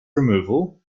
removal